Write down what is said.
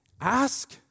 ask